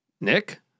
Nick